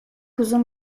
uzun